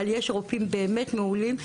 אבל יש רופאים שהם באמת מעולים,